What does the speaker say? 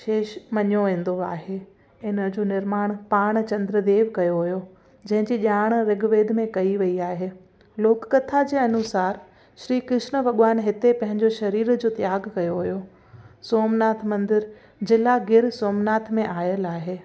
शीश मनियो वेंदो आहे इनजो निर्माण पाण चंद्र देव कयो हुयो जंहिंजी ॼाण विग वेद में कई वई आहे लोककथा जे अनुसार श्री कृष्ण भगवानु हिते पंहिंजो शरीर जो त्यागु कयो हुयो सोमनाथ मंदिर जिला गिर सोमनाथ में आयल आहे